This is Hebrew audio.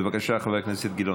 בבקשה, חבר הכנסת גילאון.